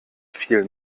viel